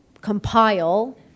compile